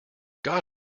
god